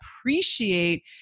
appreciate